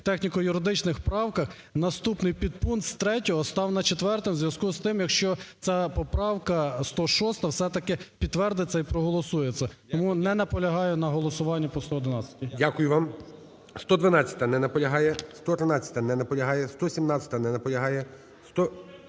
в техніко-юридичних правках наступний підпункт з 3 став на 4 у зв'язку з тим, якщо ця поправка 106 все-таки підтвердиться і проголосується. Тому не наполягаю на голосуванні по 111-й. ГОЛОВУЮЧИЙ. Дякую вам. 112-а. Не наполягає. 113-а. Не наполягає. 117-а. Не наполягає.